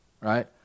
Right